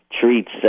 treats